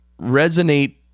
resonate